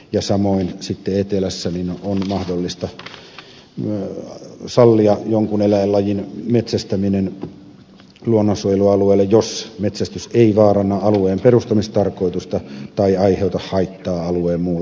ja samoin sitten etelässä on mahdollista sallia jonkun eläinlajin metsästäminen luonnonsuojelualueella jos metsästys ei vaaranna alueen perustamistarkoitusta tai aiheuta haittaa alueen muulle käytölle